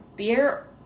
beer